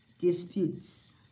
disputes